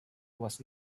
was